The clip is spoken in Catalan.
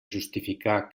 justificar